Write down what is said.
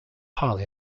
highly